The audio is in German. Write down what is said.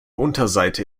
unterseite